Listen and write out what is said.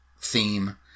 theme